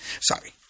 Sorry